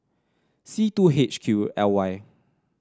C two H Q L Y